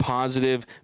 positive